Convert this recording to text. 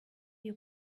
you